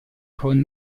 con